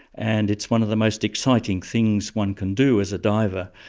and it's one of the most exciting things one can do as a diver,